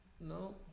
No